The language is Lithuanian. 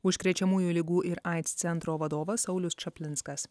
užkrečiamųjų ligų ir aids centro vadovas saulius čaplinskas